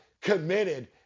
committed